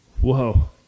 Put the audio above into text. whoa